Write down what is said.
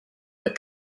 that